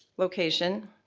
location